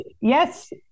Yes